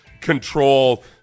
control